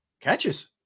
catches